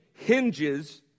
hinges